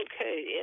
Okay